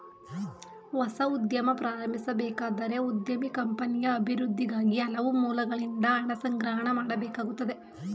ಹೊಸ ಉದ್ಯಮ ಪ್ರಾರಂಭಿಸಬೇಕಾದರೆ ಉದ್ಯಮಿ ಕಂಪನಿಯ ಅಭಿವೃದ್ಧಿಗಾಗಿ ಹಲವು ಮೂಲಗಳಿಂದ ಹಣ ಸಂಗ್ರಹಣೆ ಮಾಡಬೇಕಾಗುತ್ತದೆ